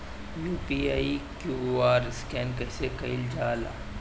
UPI QR scan कइसे कईल जा ला?